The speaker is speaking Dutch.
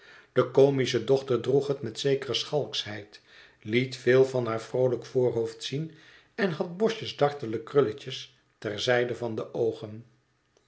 de comische dochter droeg het met zekere schalkschheid liet veel van haar vroolijk voorhoofd zien en had bosjes dartele krulletjes ter zijde van de oogen